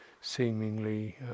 seemingly